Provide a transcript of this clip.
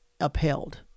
Upheld